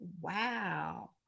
wow